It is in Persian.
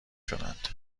شدند